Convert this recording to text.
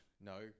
No